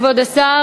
תודה, כבוד השר.